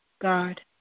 God